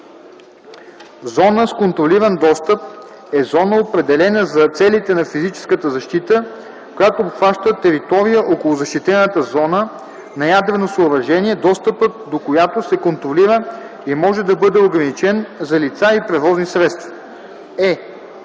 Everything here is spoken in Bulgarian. „Зона с контролиран достъп” е зона, определена за целите на физическата защита, която обхваща територия около защитената зона на ядрено съоръжение, достъпът до която се контролира и може да бъде ограничен за лица и превозни средства.”;